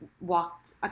walked